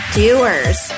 doers